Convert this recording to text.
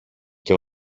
και